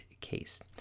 case